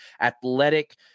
athletic